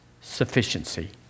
sufficiency